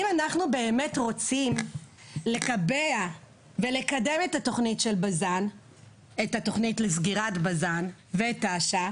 אם אנחנו רוצים לקבע ולקדם את התוכנית לסגירת בז"ן ותש"ן,